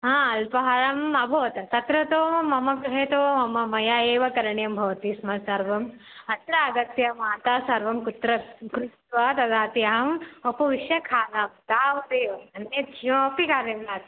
हा अल्पाहारः अभवत् तत्र तु मम गृहे तु मम मया एव करणीयं भवति स्म तत् सर्वम् अत्र आगत्य माता सर्वं कृत्र कृत्वा ददाति अहम् उपविश्य खादामि तावदेव अन्यद्किमपि कार्यं नास्ति